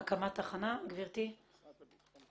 הקמת תחנה, גברתי, אדווה מובדלי?